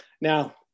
Now